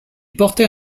portait